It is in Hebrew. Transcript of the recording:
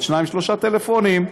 עוד שניים-שלושה טלפונים,